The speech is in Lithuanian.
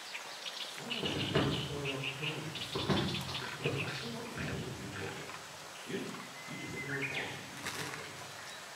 mano širdis nustojo daužiusis apimtas smalsumo išėjau į holą ir kyštelėjau nosį į svetainę